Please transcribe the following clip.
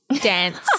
dance